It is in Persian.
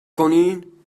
کنین